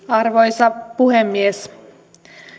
arvoisa puhemies